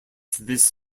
this